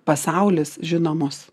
pasaulis žino mus